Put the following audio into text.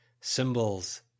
Symbols